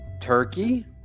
turkey